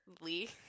Lee